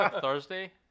Thursday